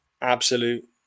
absolute